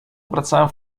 obracałem